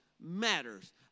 matters